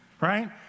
right